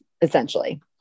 essentially